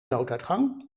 nooduitgang